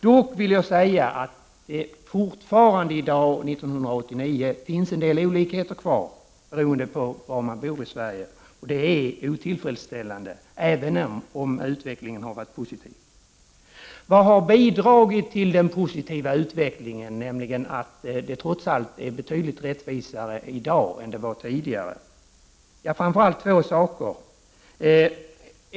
Då vill jag säga att det fortfarande i dag, 1989, finns en del olikheter kvar beroende på var man bor i Sverige, och det är otillfredsställande även om utvecklingen har varit positiv. Vad har bidragit till den positiva utvecklingen, nämligen att det trots allt är betydligt rättvisare i dag än det var tidigare? Ja, framför allt två saker.